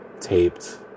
taped